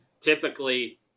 typically